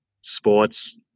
sports